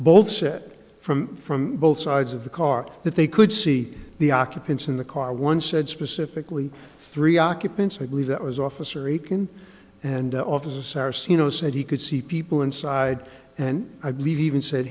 said from from both sides of the car that they could see the occupants in the car one said specifically three occupants i believe that was officer a can and officer serino said he could see people inside and i believe even said